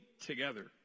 together